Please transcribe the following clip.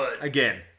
Again